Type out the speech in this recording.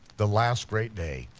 the last great day,